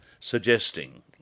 suggesting